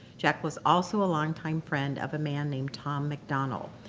jack was also a long time friend of a man named tom mcdonald.